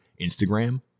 instagram